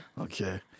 Okay